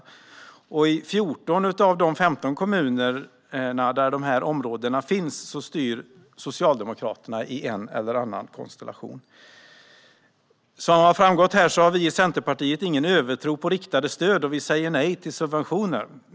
Av dessa områden ligger 14 av 15 i kommuner som styrs av Socialdemokraterna i en eller annan konstellation. Som har framgått här har vi i Centerpartiet ingen övertro på riktade stöd, och vi säger nej till subventioner.